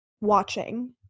watching